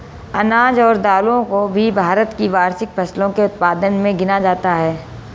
अनाज और दालों को भी भारत की वार्षिक फसलों के उत्पादन मे गिना जाता है